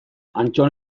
antton